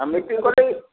ଆଉ ମିଟିଙ୍ଗ